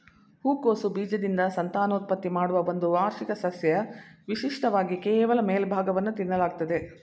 ಹೂಕೋಸು ಬೀಜದಿಂದ ಸಂತಾನೋತ್ಪತ್ತಿ ಮಾಡುವ ಒಂದು ವಾರ್ಷಿಕ ಸಸ್ಯ ವಿಶಿಷ್ಟವಾಗಿ ಕೇವಲ ಮೇಲ್ಭಾಗವನ್ನು ತಿನ್ನಲಾಗ್ತದೆ